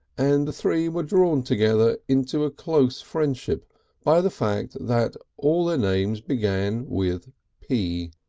and the three were drawn together into a close friendship by the fact that all their names began with p.